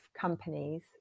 companies